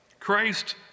Christ